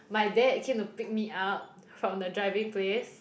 my dad came to pick me up from the driving place